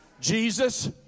Jesus